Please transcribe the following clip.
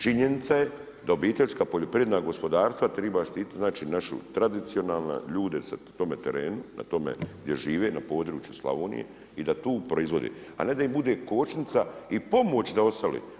Činjenica je da obiteljska poljoprivredna gospodarstva treba štititi znači našu tradicionalne ljude na tome terenu gdje žive na području Slavonije i da tu proizvode, a ne da im bude kočnica i pomoć za ostale.